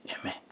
amen